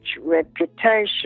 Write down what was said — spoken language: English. reputation